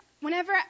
whenever